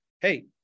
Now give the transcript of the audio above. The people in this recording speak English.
Hey